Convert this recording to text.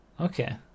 Okay